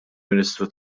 ministru